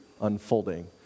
unfolding